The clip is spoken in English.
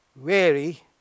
weary